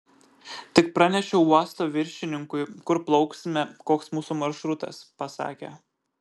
tik pranešiau uosto viršininkui kur plauksime koks mūsų maršrutas pasakė